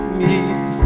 meet